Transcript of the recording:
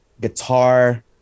guitar